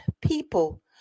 people